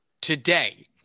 today